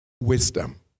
Wisdom